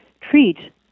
treat